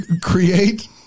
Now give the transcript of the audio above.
create